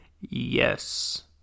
Yes